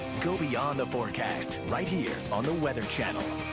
go beyond the forecast right here on the weather channel.